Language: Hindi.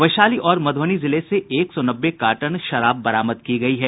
वैशाली और मधुबनी जिले से एक सौ नब्बे कार्टन शराब बरामद की गयी है